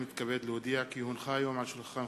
לוועדת החוקה,